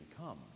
come